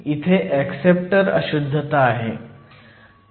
इथे ऍक्सेप्टर अशुद्धता आहे